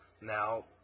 Now